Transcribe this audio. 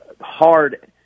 hard